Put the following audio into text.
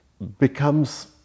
becomes